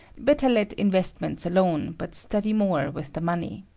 better let investments alone, but study more with the money.